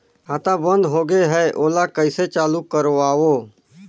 खाता बन्द होगे है ओला कइसे चालू करवाओ?